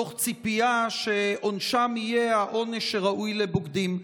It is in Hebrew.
תוך ציפייה שעונשם יהיה העונש שראוי לבוגדים.